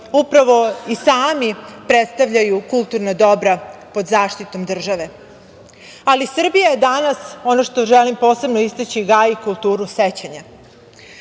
upravo i sami predstavljaju kulturna dobra pod zaštitom države. Srbija danas, ono što želim posebno da istaknem, gaji kulturu sećanja.